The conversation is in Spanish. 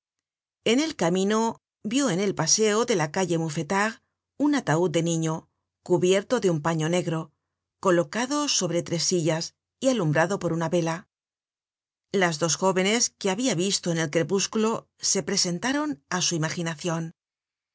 en el camino vió en el paseo de la calle mouffetard un ataud de niño cubierto de un paño negro colocado sobre tres sillas y alumbrado por una vela las dos jóvenes que habia visto en el crepúsculo se presentaron á su imaginacion